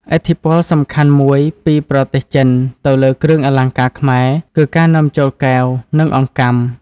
ឥទ្ធិពលសំខាន់មួយពីប្រទេសចិនទៅលើគ្រឿងអលង្ការខ្មែរ គឺការនាំចូលកែវ និងអង្កាំ។